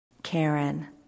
Karen